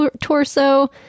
torso